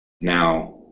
now